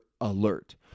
alert